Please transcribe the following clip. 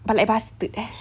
but like bastard